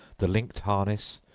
the linked harness,